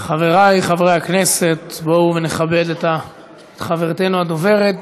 חברי חברי הכנסת, בואו ונכבד את חברתנו הדוברת.